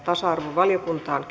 tasa arvovaliokuntaan